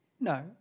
No